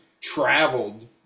traveled